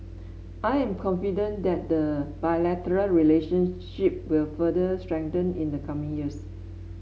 I am confident that the bilateral relationship will further strengthen in the coming years